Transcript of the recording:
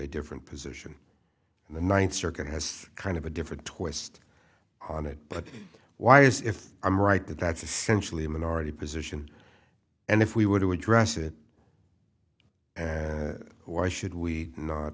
different position and the ninth circuit has kind of a different twist on it but why is it if i'm right that that's essentially a minority position and if we were to address it and why should we not